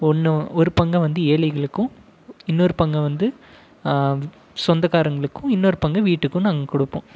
ஒன்று ஒரு பங்கை வந்து ஏழைகளுக்கும் இன்னொரு பங்கை வந்து சொந்தக்காரங்களுக்கும் இன்னொரு பங்கு வீட்டுக்கும் நாங்க கொடுப்போம்